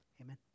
Amen